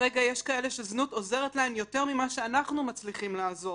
כרגע יש כאלה שזנות עוזרת להן יותר ממה שאנחנו מצליחים לעזור.